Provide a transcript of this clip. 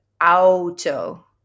auto